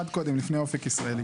אחד קודם, לפני אופק ישראל.